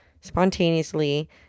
spontaneously